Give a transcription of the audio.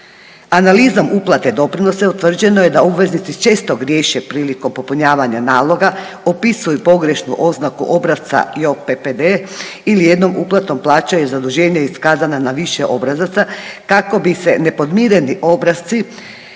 Analizom uplate doprinosa utvrđeno je da obveznici često griješe prilikom popunjavanja naloga, upisuju pogrešnu oznaku obrasca JOPPD ili jednom uplatom plaćaju zaduženje iskazana na više obrazaca kako bi se nepodmireni obrasci